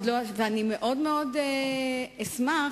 אני מאוד אשמח,